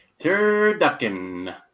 Turducken